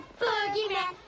boogeyman